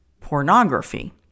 pornography